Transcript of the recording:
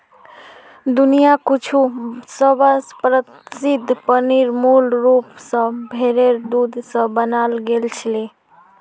दुनियार कुछु सबस प्रसिद्ध पनीर मूल रूप स भेरेर दूध स बनाल गेल छिले